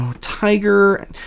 Tiger